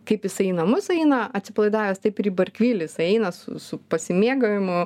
kaip jisai į namus eina atsipalaidavęs taip ir į barkvilį jisai eina su su pasimėgavimu